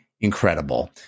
incredible